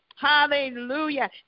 Hallelujah